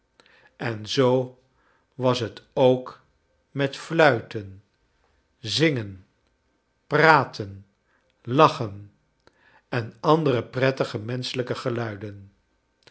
en zoo was het ook met fluiten zingen praten lachen en andere prettige menschelijke geluiden